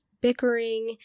bickering